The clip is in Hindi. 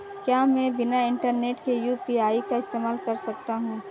क्या मैं बिना इंटरनेट के यू.पी.आई का इस्तेमाल कर सकता हूं?